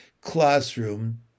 classroom